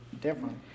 different